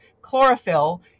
chlorophyll